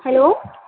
hello